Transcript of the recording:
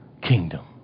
kingdom